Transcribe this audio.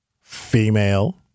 female